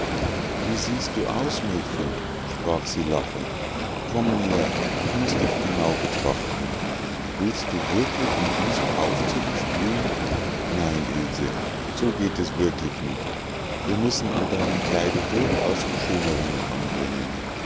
wie siehst du aus mädchen sprach sie lachend komm näher ich muß dich genau betrachten willst du wirklich in diesem aufzuge spielen nein ilse so geht es wirklich nicht wir müssen an deinem kleide durchaus verschönerungen anbringen